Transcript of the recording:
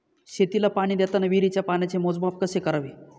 शेतीला पाणी देताना विहिरीच्या पाण्याचे मोजमाप कसे करावे?